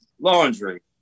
laundry